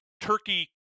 turkey